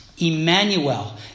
Emmanuel